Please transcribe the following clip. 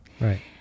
Right